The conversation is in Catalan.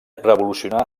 revolucionar